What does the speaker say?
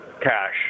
cash